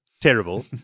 terrible